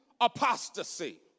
apostasy